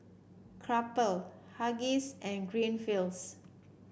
Crumpler Huggies and Greenfields